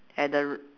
at the